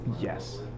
Yes